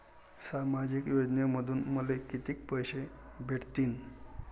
सामाजिक योजनेमंधून मले कितीक पैसे भेटतीनं?